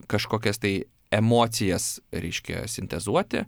kažkokias tai emocijas reiškia sintezuoti